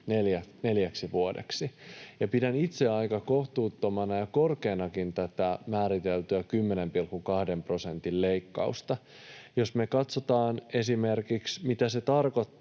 neljäksi vuodeksi. Pidän itse aika kohtuuttomana ja korkeanakin tätä määriteltyä 10,2 prosentin leikkausta. Jos me katsotaan esimerkiksi, mitä se tarkoittaa